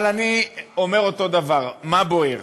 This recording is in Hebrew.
אבל אני אומר אותו דבר, מה בוער?